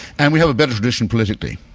and we have a better tradition politically